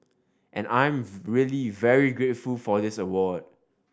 and I'm really very grateful for this award